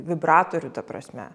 vibratorių ta prasme